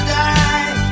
die